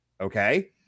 okay